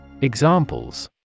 Examples